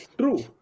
true